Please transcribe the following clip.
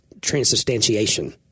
transubstantiation